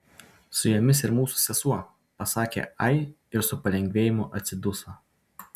su jomis ir mūsų sesuo pasakė ai ir su palengvėjimu atsiduso